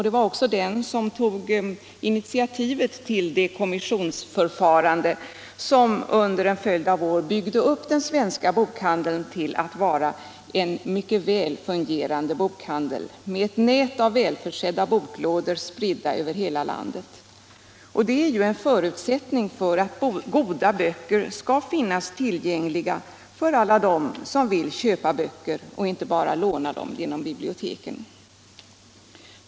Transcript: Det var också denna förening som tog initiativet till det kommissionsförfarande som under en följd av år byggde upp den svenska bokhandeln till att bli en mycket väl fungerande bokhandel med ett nät av välförsedda boklådor, spridda över hela landet. Det är en förutsättning för att goda böcker skall kunna finnas tillgängliga för dem som vill köpa böcker och inte bara låna dem genom biblioteken.